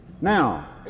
Now